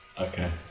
okay